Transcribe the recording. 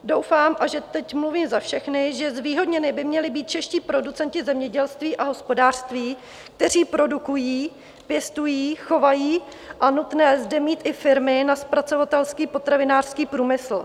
Doufám, že teď mluvím za všechny, že zvýhodněni by měli být čeští producenti zemědělství a hospodářství, kteří produkují, pěstují, chovají, a je nutné zde mít i firmy na zpracovatelský potravinářský průmysl.